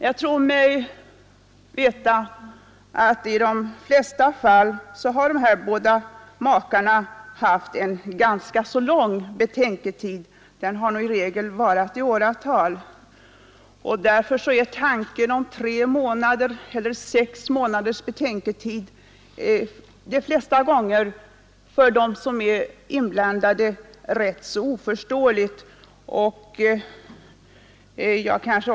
Jag tror mig veta att makar i den situationen i de allra flesta fall har haft ganska lång betänketid — i regel under åratal. Därför är tanken på tre eller sex månaders ytterligare betänketid de flesta gånger någonting ganska oförståeligt för de inblandade.